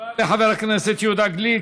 תודה לחבר הכנסת יהודה גליק.